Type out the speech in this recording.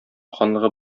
ханлыгы